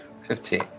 Fifteen